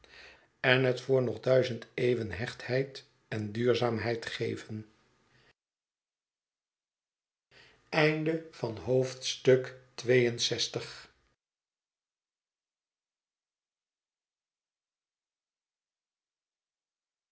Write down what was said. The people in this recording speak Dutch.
en het voor nog duizend eeuwen hechtheid en duurzaamheid geven